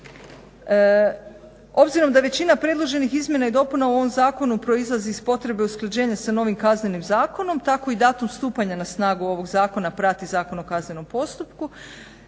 Obzirom da većina predloženih izmjena i dopuna u ovom zakonu proizlazi iz potrebe usklađenja sa novim KZ tako i datum stupanja na snagu ovog zakona prati ZKP i stupanjem na snagu